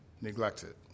Neglected